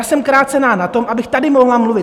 Jsem krácena na tom, abych tady mohla mluvit.